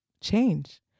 change